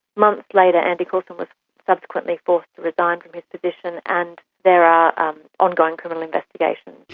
months later andy coulson was subsequently forced to resign from his position and there are ongoing criminal investigations.